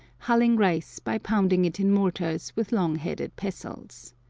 hulling rice by pounding it in mortars with long-headed pestles.